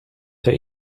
der